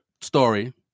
story